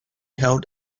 held